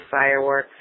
fireworks